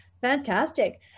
fantastic